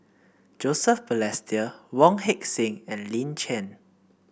Joseph Balestier Wong Heck Sing and Lin Chen